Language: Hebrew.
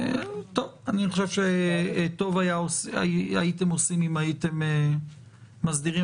אני חושב שטוב הייתם עושים אם הייתם מסדירים